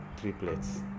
triplets